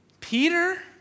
Peter